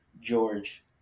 George